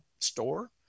store